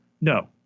No